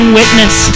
witness